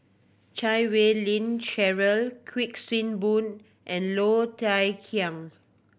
Chan Wei Ling Cheryl Kuik Swee Boon and Low Thia Khiang